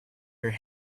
her